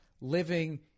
living